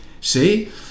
see